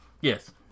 Yes